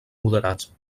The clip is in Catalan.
moderats